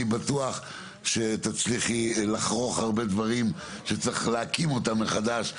אני בטוח שתצליחי לחרוך הרבה דברים שצריך להקים אותם מחדש,